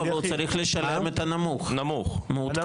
לא, הוא צריך לשלם את הנמוך, מעודכן.